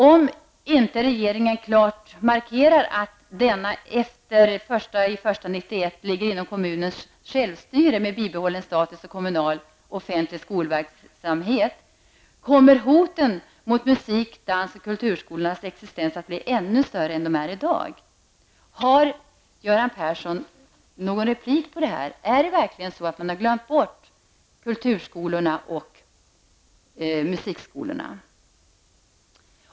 Om inte regeringen klart markerar att denna ligger inom kommunernas självstyre med bibehållen status inom den kommunala offentliga skolverksamheten efter den 1 januari 1991, kommer hoten mot musik-, dans och kulturskolornas existens att bli ännu större än vad de är i dag. Har Göran Persson någon kommentar till detta? Är det verkligen så att man har glömt bort kulturskolorna och musikskolorna?